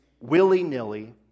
willy-nilly